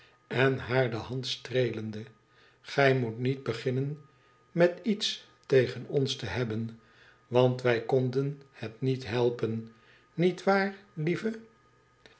en haar de hand streelende tgij moet niet beginnen met iets tegen ons te hebben want wij konden het niet helpen niet waar lieve